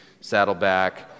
Saddleback